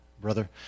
brother